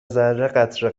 ذره٬قطره